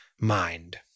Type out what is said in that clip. mind